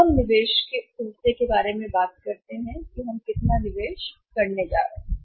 अब हम निवेश के हिस्से के बारे में बात करते हैं कि हम कितना निवेश करने जा रहे हैं